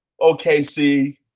OKC